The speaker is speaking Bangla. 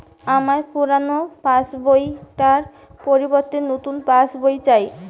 আমার পুরানো পাশ বই টার পরিবর্তে নতুন পাশ বই চাই